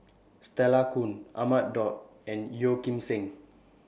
Stella Kon Ahmad Daud and Yeo Kim Seng